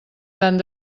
tant